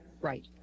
right